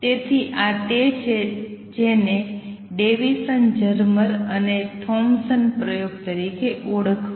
તેથી આ તે છે જેને ડેવિસન જર્મર અને થોમ્પસન પ્રયોગ તરીકે ઓળખવામાં આવે છે